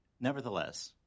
nevertheless